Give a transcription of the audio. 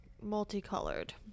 multicolored